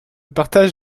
partage